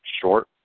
short